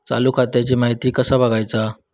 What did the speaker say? चालू खात्याची माहिती कसा बगायचा?